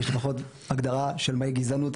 כי יש לפחות הגדרה של מהי גזענות,